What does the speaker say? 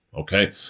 Okay